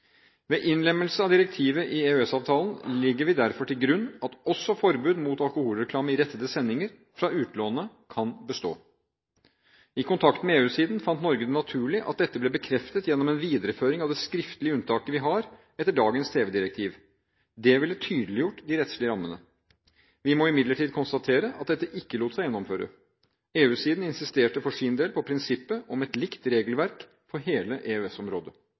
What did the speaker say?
Ved innlemmelsen av direktivet i EØS-avtalen legger vi derfor til grunn at også forbudet mot alkoholreklame i rettede sendinger fra utlandet kan bestå. I kontakten med EU-siden fant Norge det naturlig at dette ble bekreftet gjennom en videreføring av det skriftlige unntaket vi har etter dagens tv-direktiv. Det ville tydeliggjort de rettslige rammene. Vi må imidlertid konstatere at dette ikke lot seg gjennomføre. EU-siden insisterte for sin del på prinsippet om et likt regelverk for hele